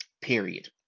Period